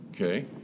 Okay